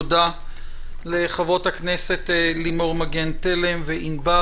תודה לחברות הכנסת לימור מגן-תלם מישראל ביתנו ולענבר